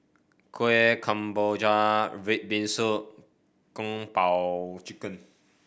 Kueh Kemboja red bean soup Kung Po Chicken